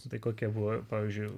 tai kokia buvo pavyzdžiui